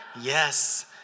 Yes